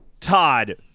Todd